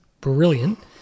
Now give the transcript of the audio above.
brilliant